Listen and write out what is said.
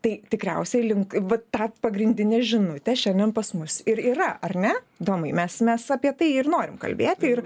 tai tikriausiai link vat tą pagrindinė žinute šiandien pas mus ir yra ar ne domai mes mes apie tai ir norim kalbėti ir